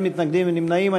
אין מתנגדים ונמנעים.